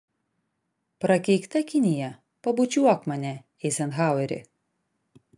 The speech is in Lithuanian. prakeikta kinija pabučiuok mane eizenhaueri